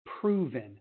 proven